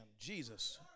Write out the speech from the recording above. Jesus